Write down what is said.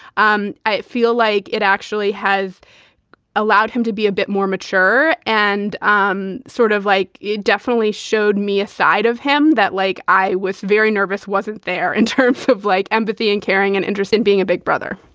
um i feel like it actually has allowed him to be a bit more mature and um sort of like it definitely showed me a side of him that like i was very nervous. wasn't in and terms of like empathy and caring and interest in being a big brother,